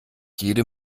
jede